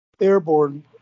Airborne